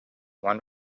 one